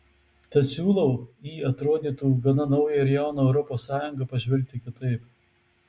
tad siūlau į atrodytų gana naują ir jauną europos sąjungą pažvelgti kitaip